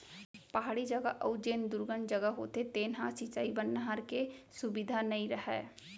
पहाड़ी जघा अउ जेन दुरगन जघा होथे तेन ह सिंचई बर नहर के सुबिधा नइ रहय